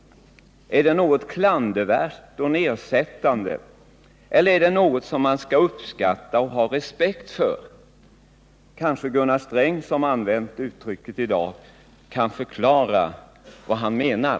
Är det något klandervärt och nedsättande eller är det något som man skall uppskatta och ha respekt för? Kanske Gunnar Sträng, som har använt detta uttryck i dag, kan förklara vad han menar.